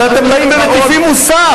ואתם באים ומטיפים מוסר,